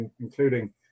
including